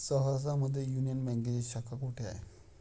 सहरसा मध्ये युनियन बँकेची शाखा कुठे आहे?